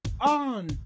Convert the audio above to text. On